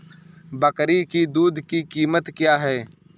बकरी की दूध की कीमत क्या है?